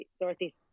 Northeast